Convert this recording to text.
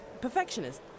perfectionist